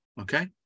okay